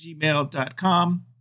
gmail.com